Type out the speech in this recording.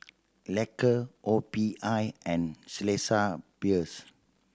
Loacker O P I and Chelsea Peers